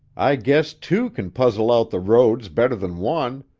i guess two kin puzzle out the roads better than one,